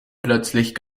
plötzlich